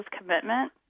commitment